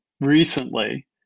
recently